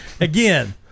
again